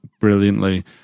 brilliantly